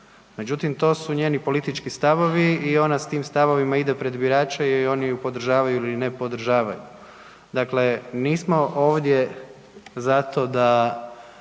Međutim, to su njeni politički stavovi i ona s tim stavovima ide pred birače i oni ju podržavaju ili ne podržavaju. Dakle, nismo ovdje zato da